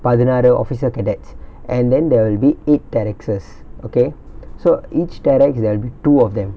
பதினாறு:pathinaaru officer cadets and then there will be eight terrexs okay so each terrex there will be two of them